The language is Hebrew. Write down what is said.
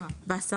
בכתב,